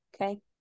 Okay